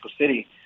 City